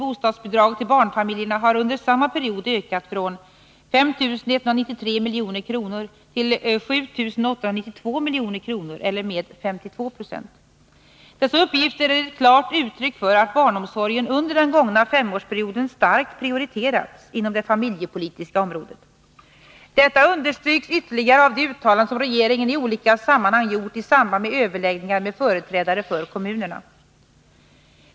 bostadsbidrag) till barnfamiljerna har under samma period ökat från 5 193 milj.kr. till 7 892 milj.kr. eller med 52 90. Dessa uppgifter är ett klart uttryck för att barnomsorgen under den gångna femårsperioden starkt prioriterats inom det familjepolitiska området. Detta understryks ytterligare av de uttalanden som regeringen i olika sammanhang gjort i samband med överläggningar med företrädare för kommunerna.